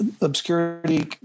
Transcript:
obscurity